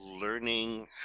learning